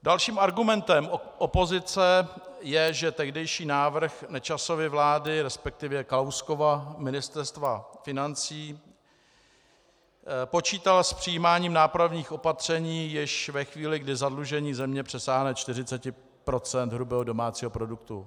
Dalším argumentem opozice je, že tehdejší návrh Nečasovy vlády, respektive Kalouskova Ministerstva financí počítá s přijímáním nápravných opatření již ve chvíli, kdy zadlužení země přesáhne 40 % hrubého domácího produktu.